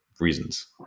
reasons